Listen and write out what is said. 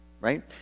Right